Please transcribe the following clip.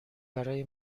برای